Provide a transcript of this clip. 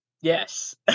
Yes